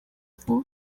vuba